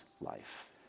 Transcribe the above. life